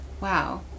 Wow